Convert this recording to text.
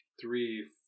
three